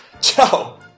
Joe